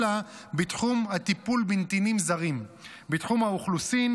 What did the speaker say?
לה בתחום הטיפול בנתינים זרים בתחום האוכלוסין,